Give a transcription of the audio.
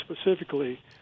specifically